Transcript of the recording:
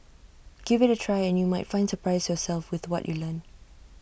give IT A try and you might find surprise yourself with what you learn